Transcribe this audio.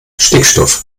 stickstoff